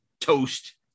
toast